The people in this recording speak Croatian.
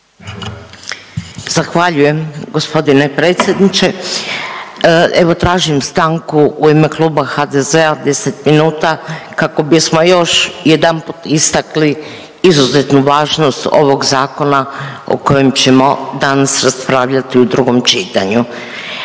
Zahvaljujem g. predsjedniče. Evo tražim stanku u ime Kluba HDZ-a 10 minuta kako bismo još jedanput istakli izuzetnu važnost ovog zakona o kojem ćemo danas raspravljati u drugom čitanju.